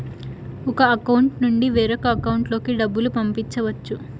ఒక అకౌంట్ నుండి వేరొక అకౌంట్ లోకి డబ్బులు పంపించవచ్చు